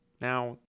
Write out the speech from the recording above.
Now